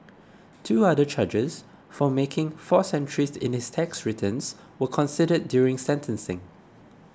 two other charges for making false entries in his tax returns were considered during sentencing